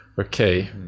Okay